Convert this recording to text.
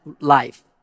life